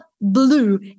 blue